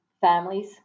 Families